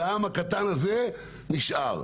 והעם הקטן הזה נשאר.